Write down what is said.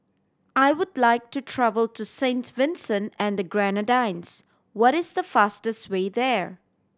I would like to travel to Saint Vincent and the Grenadines what is the fastest way there